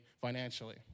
financially